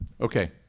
Okay